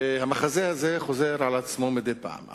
המחזה הזה חוזר על עצמו מדי פעם.